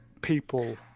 people